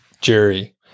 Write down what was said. Jerry